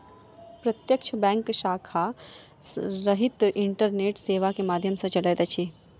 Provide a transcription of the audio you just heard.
प्रत्यक्ष बैंक शाखा रहित इंटरनेट सेवा के माध्यम सॅ चलैत अछि